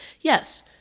yes